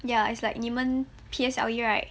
ya it's like 你们 P_S_L_E right